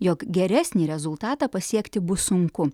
jog geresnį rezultatą pasiekti bus sunku